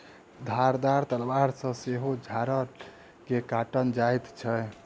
धारदार तलवार सॅ सेहो झाइड़ के काटल जाइत छै